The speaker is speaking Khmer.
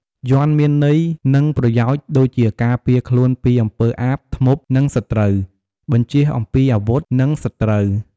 យ័ន្ត មានន័យ និងប្រយោជន៍ដូចជាការពារខ្លួនពីអំពើអាប ធ្មប់ និងសត្រូវ បញ្ជៀសអំពីអាវុធ និងសត្រូវ។